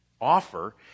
offer